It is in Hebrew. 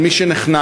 על מי שנחנק.